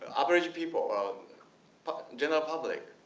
average people, ah but general public,